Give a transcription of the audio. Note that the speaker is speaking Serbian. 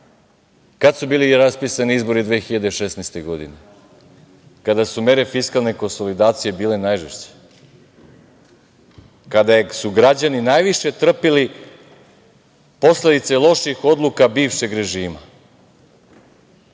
Kad su bili raspisani izbori 2016. godine? Kada su mere fiskalne konsolidacije bile najžešće, kada su građani najviše trpeli posledice loših odluka bivšeg režima,